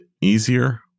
easier